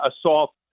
assault